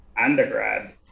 undergrad